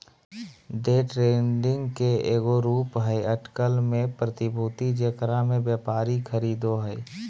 day trading के एगो रूप हइ अटकल में प्रतिभूति जेकरा में व्यापारी खरीदो हइ